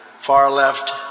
Far-left